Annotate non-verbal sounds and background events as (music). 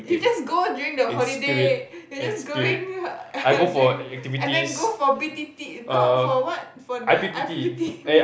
you just go during the holiday you just going (laughs) during i mean go for b_t_t no for what for the i_p_p_t (laughs)